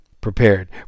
prepared